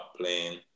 playing